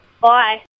Bye